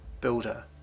builder